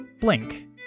Blink